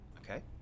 okay